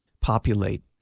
populate